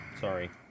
sorry